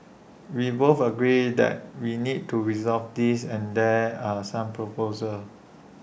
we both agree that we need to resolve this and there are some proposals